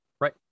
Right